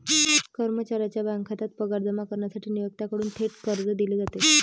कर्मचाऱ्याच्या बँक खात्यात पगार जमा करण्यासाठी नियोक्त्याकडून थेट कर्ज दिले जाते